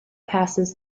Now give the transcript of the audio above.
passes